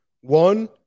one